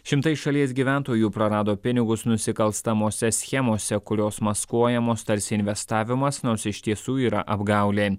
šimtai šalies gyventojų prarado pinigus nusikalstamose schemose kurios maskuojamos tarsi investavimas nors iš tiesų yra apgaulė